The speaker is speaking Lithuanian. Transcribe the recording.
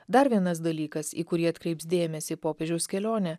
dar vienas dalykas į kurį atkreips dėmesį popiežiaus kelionė